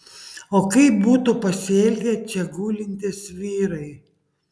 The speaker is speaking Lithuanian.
o kaip būtų pasielgę čia gulintys vyrai